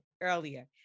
earlier